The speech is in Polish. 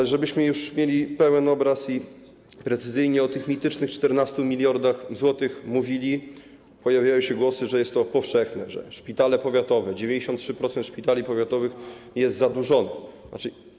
Ale żebyśmy już mieli pełen obraz i precyzyjnie o tych mitycznych 14 mld zł mówili - pojawiają się głosy, że jest to powszechne, że szpitale powiatowe, 93% szpitali powiatowych jest zadłużonych.